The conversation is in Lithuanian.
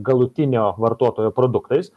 galutinio vartotojo produktais